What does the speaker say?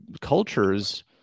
cultures